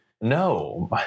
No